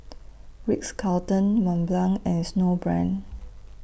Ritz Carlton Mont Blanc and Snowbrand